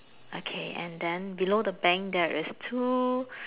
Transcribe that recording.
okay and then below the bank there is two